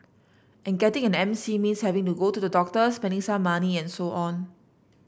and getting an M C means having to go to the doctor spending some money and so on